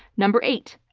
number eight,